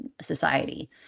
society